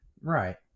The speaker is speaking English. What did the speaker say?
Right